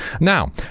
Now